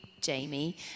Jamie